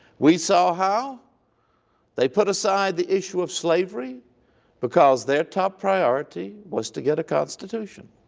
we saw how they put aside the issue of slavery because their top priority was to get a constitution.